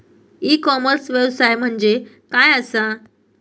E commerce व्यवसाय म्हणजे काय असा?